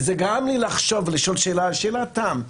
אני שואל שאלת תם.